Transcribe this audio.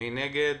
מי נגד?